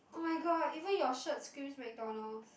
oh-my-god even your shirt squeeze McDonald's